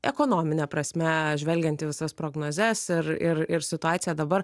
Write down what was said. ekonomine prasme žvelgiant į visas prognozes ir ir ir situaciją dabar